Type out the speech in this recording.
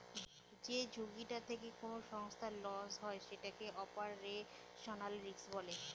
যে ঝুঁকিটা থেকে কোনো সংস্থার লস হয় সেটাকে অপারেশনাল রিস্ক বলে